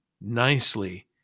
nicely